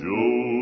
Joe